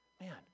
man